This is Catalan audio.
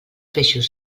peixos